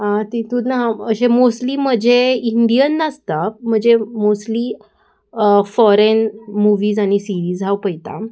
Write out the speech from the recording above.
हांव तितूंत हांव अशें मोस्टली म्हजें इंडियन नासता म्हजे मोस्टली फॉरेन मुवीज आनी सिरीज हांव पयता